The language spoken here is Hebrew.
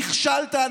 נכשלת.